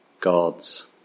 God's